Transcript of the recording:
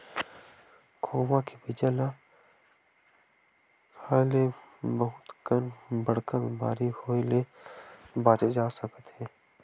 खोखमा के बीजा ल खाए ले बहुत कन बड़का बेमारी होए ले बाचे जा सकत हे